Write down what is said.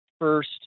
first